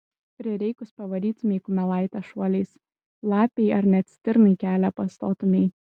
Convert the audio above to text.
prireikus pavarytumei kumelaitę šuoliais lapei ar net stirnai kelią pastotumei